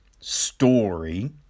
story